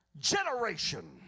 generation